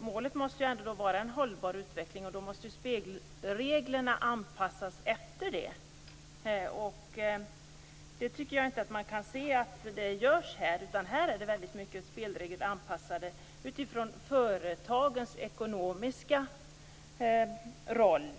Målet måste ändå vara en hållbar utveckling, och då måste ju spelreglerna anpassas efter detta. Det kan man inte se här, utan här är spelreglerna väldigt mycket anpassade efter företagens ekonomiska intressen.